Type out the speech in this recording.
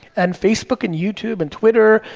and facebook, and youtube, and twitter,